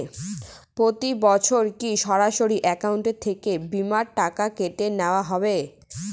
প্রতি বছর কি সরাসরি অ্যাকাউন্ট থেকে বীমার টাকা কেটে নেওয়া হবে?